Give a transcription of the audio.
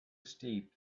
steep